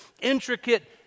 intricate